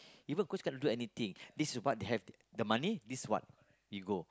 even coach can't do anything this is what they have the money this is what we go